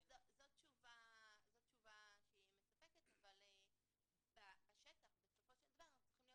זו תשובה מספקת אבל בשטח בסופו של דבר צריכים להיות